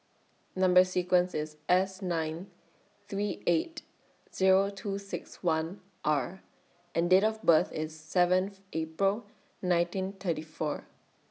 Number sequence IS S nine three eight Zero two six one R and Date of birth IS seventh April nineteen thirty four